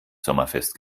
sommerfest